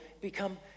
become